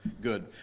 good